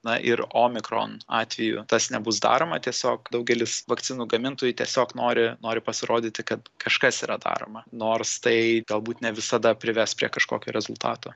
na ir omikron atveju tas nebus daroma tiesiog daugelis vakcinų gamintojų tiesiog nori nori pasirodyti kad kažkas yra daroma nors tai galbūt ne visada prives prie kažkokio rezultato